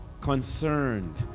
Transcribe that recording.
concerned